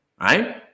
Right